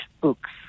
books